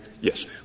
Yes